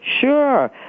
Sure